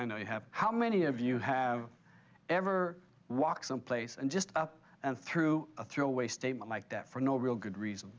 know you have how many of you have ever walk someplace and just up and through a throwaway statement like that for no real good reason